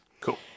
Cool